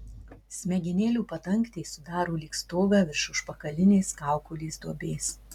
smegenėlių padangtė sudaro lyg stogą virš užpakalinės kaukolės duobės